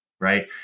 right